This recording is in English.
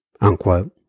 unquote